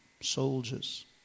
soldiers